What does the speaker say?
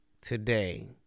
today